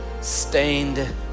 stained